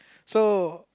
so